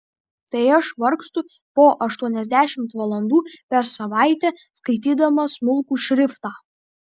tai aš vargstu po aštuoniasdešimt valandų per savaitę skaitydama smulkų šriftą